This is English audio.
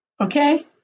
Okay